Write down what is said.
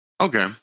Okay